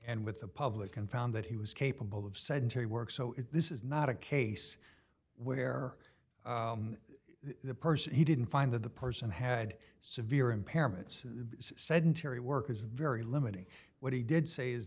and with the public and found that he was capable of sedentary work so if this is not a case where the person he didn't find that the person had severe impairments sedentary work is very limiting what he did say is